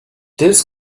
this